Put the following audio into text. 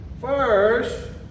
first